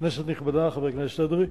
כנסת נכבדה, חבר הכנסת אדרי,